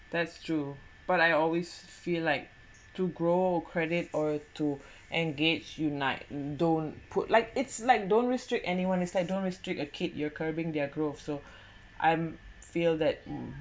that's true but I always feel like to grow credit or to engage unite don't put like it's like don't restrict anyone is they don't restrict uh kid your curbing their growth so I'm feel that